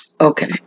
Okay